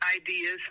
ideas